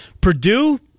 Purdue